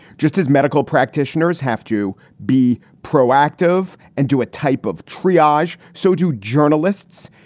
just as medical practitioners have to be proactive and do a type of triage. so do journalists.